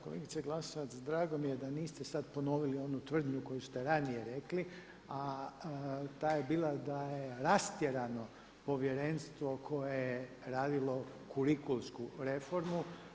Kolegice Glasovac, drago mi je da niste sad ponovili onu tvrdnju koju ste ranije rekli, a ta je bila da je rastjerano povjerenstvo koje je radilo kurikulsku reformu.